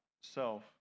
self